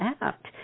act